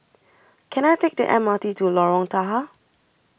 Can I Take The M R T to Lorong Tahar